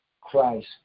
Christ